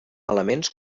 elements